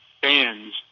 fans